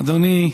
בבקשה, אדוני.